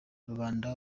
rubanda